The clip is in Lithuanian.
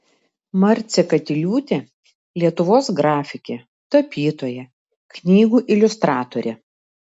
marcė katiliūtė lietuvos grafikė tapytoja knygų iliustratorė